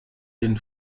den